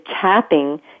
tapping